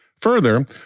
Further